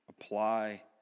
apply